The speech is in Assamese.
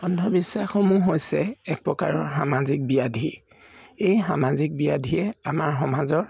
অন্ধবিশ্বাসসমূহ হৈছে এক প্ৰকাৰৰ সামাজিক ব্যাধি এই সামাজিক ব্যাধিয়ে আমাৰ সমাজৰ